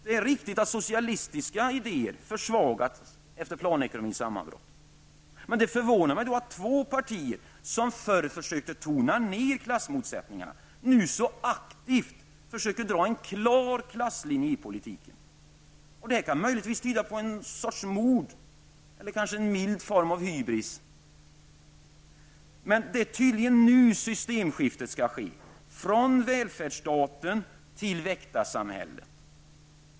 Det är riktigt att socialistiska idéer har försvagats efter planekonomins sammanbrott, men det förvånar mig att två partier som förr försökt tona ner klassmotsättningarna nu så aktivt försöker dra en klar klasslinje i politiken. Det kan möjligen tyda på en sorts mod eller en mild form av hybris. Det är tydligen nu systemskiftet skall ske från välfärdsstaten till väktarsamhället.